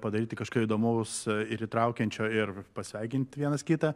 padaryti kažką įdomaus ir įtraukiančio ir pasveikinti vienas kitą